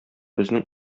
безнең